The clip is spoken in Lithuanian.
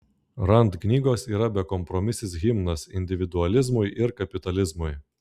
rand knygos yra bekompromisis himnas individualizmui ir kapitalizmui